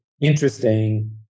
interesting